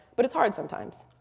but it's hard sometimes.